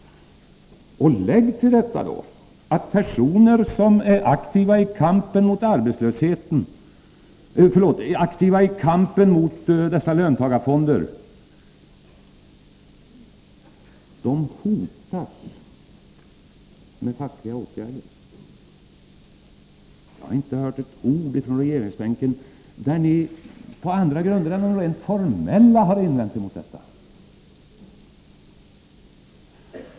Lägg till detta att de personer som är aktiva i kampen mot dessa löntagarfonder hotas med fackliga åtgärder. Jag har inte hört ett ord från regeringsbänken där ni, på andra grunder än de rent formella, har invänt mot detta.